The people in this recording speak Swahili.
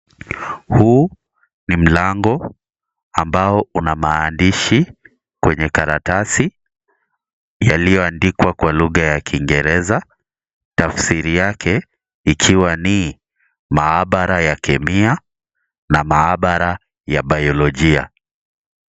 Huu ni mlango ambao una maandishi kwenye karatasi yaliyoandikwa kwa lugha ya kingeresa, tafsiri yake ikiwa ni mahabara ya chemia na mahabara ya biologia.